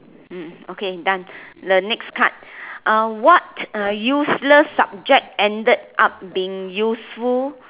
mm okay done the next card uh what uh useless subject ended up being useful